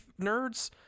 nerds